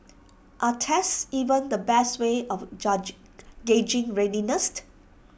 are tests even the best way of gauging